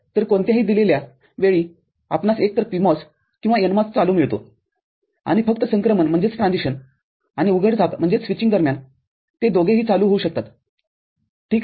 तर कोणत्याही दिलेल्या वेळी आपणास एकतर PMOS किंवा NMOS चालू मिळतो आणि फक्त संक्रमण आणि उघडझाप दरम्यानते दोघेही चालू होऊ शकतात ठीक आहे